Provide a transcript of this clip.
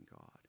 God